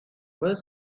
was